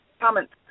comments